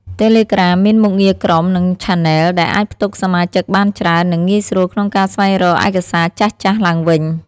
តេឡេក្រាម មានមុខងារក្រុម និង ឆាណែល ដែលអាចផ្ទុកសមាជិកបានច្រើន និងងាយស្រួលក្នុងការស្វែងរកឯកសារចាស់ៗឡើងវិញ។